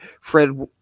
Fred